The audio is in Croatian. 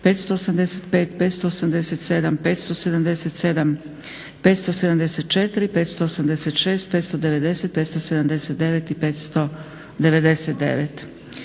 585, 587, 577, 574, 586, 590, 579 i 599.